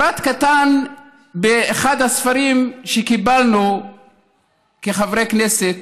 פרט קטן באחד הספרים שקיבלנו כחברי כנסת.